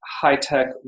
high-tech